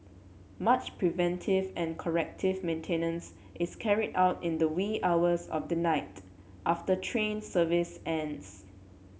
much preventive and corrective maintenance is carried out in the wee hours of the night after train service ends